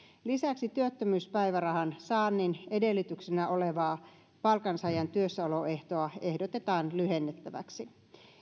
lisäksi työttömyyspäivärahan saannin edellytyksenä olevaa palkansaajan työssäoloehtoa ehdotetaan lyhennettäväksi